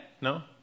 No